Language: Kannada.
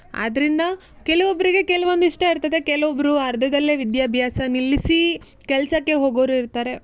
ಆದ್ದರಿಂದ ಕೆಲವೊಬ್ರಿಗೆ ಕೆಲವೊಂದು ಇಷ್ಟ ಇರ್ತದೆ ಕೆಲವೊಬ್ರು ಅರ್ಧದಲ್ಲೇ ವಿದ್ಯಾಭ್ಯಾಸ ನಿಲ್ಲಿಸಿ ಕೆಲಸಕ್ಕೆ ಹೋಗುವವ್ರು ಇರ್ತಾರೆ